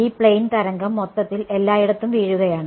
ഈ പ്ലെയിൻ തരംഗം മൊത്തത്തിൽ എല്ലായിടത്തും വീഴുകയാണ്